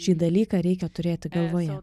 šį dalyką reikia turėti galvoje